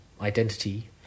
identity